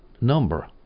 number